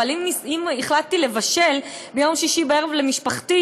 אבל אם החלטתי לבשל ביום שישי בערב למשפחתי,